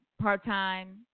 part-time